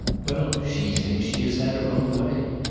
well, she thinks she has had her own way.